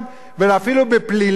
ואפילו בפלילים,